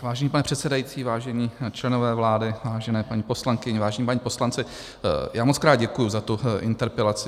Vážený pane předsedající, vážení členové vlády, vážené paní poslankyně, vážení páni poslanci, já mockrát děkuji za tu interpelaci.